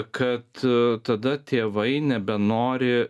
kad tada tėvai nebenori